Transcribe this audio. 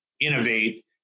innovate